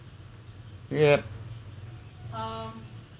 yup